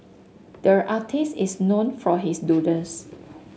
there artist is known for his doodles